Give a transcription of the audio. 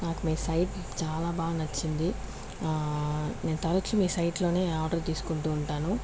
నాకు మీ సైట్ చాలా బాగా నచ్చింది నేను తరచూ మీ సైట్లోనే ఆర్డర్ తీసుకుంటూ ఉంటాను